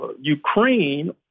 Ukraine